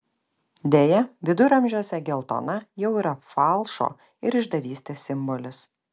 deja viduramžiuose geltona jau yra falšo ir išdavystės simbolis